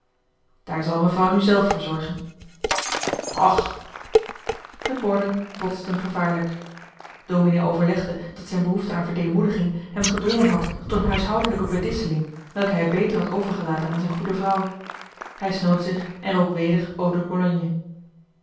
daar zal mevrouw nu zelf voor zorgen och de borden botsten gevaarlijk dominee overlegde dat zijn behoefte aan verdee moediging hem gedrongen had tot een huishoudelijke bedisseling welke hij beter had overgelaten aan zijn goede vrouw hij snoot zich en rook weder